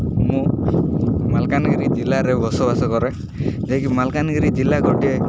ମୁଁ ମାଲକାନଗିରି ଜିଲ୍ଲାରେ ବସବାସ କରେ ଯାହାକି ମାଲକାନଗିରି ଜିଲ୍ଲା ଗୋଟିଏ